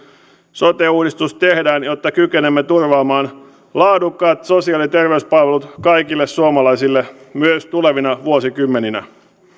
sote uudistus tehdään jotta kykenemme turvaamaan laadukkaat sosiaali ja terveyspalvelut kaikille suomalaisille myös tulevina vuosikymmeninä